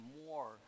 more